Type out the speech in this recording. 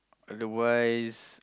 otherwise